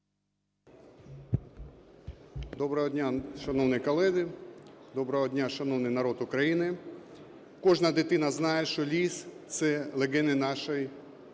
Доброго дня, шановні колеги. Доброго дня, шановний народ України. Кожна дитина знає, що ліс – це легені нашої планети.